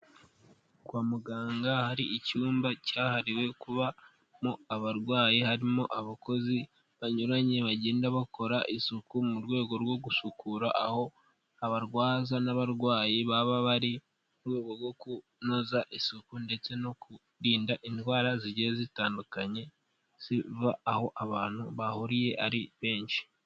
Kwa muganga hari icyumba cyahariwe kubamo abarwayi, harimo abakozi banyuranye bagenda bakora isuku, mu rwego rwo gusukura aho abarwaza n'abarwayi baba bari, mu rwego rwo kunoza isuku ndetse no kurinda indwara zigiye zitandukanye ziva aho abantu bahuriye ari benshi.